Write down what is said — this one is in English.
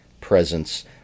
presence